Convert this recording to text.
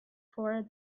for